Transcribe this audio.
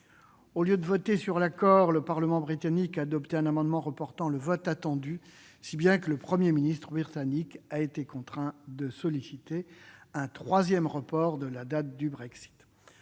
Au lieu de voter sur l'accord, le Parlement britannique a adopté un amendement reportant le vote attendu, si bien que le Premier ministre britannique a été contraint de solliciter un troisième report de la date du Brexit.